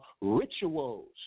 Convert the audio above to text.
rituals